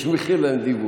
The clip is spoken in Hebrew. יש מחיר לנדיבות.